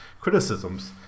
criticisms